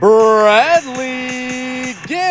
Bradley